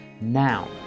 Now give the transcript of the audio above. Now